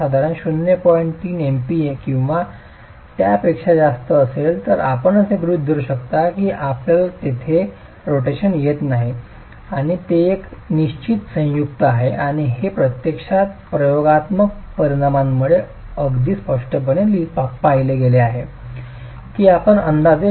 3 MPa किंवा त्यापेक्षा जास्त असेल तर आपण असे गृहित धरू शकता की आपल्याला तेथे रोटेशन येत नाही आणि ते एक निश्चित संयुक्त आहे आणि हे प्रत्यक्षात प्रयोगात्मक परिणामांमध्ये अगदी स्पष्टपणे पाहिले गेले आहे की आपण अंदाजे 0